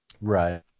Right